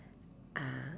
ah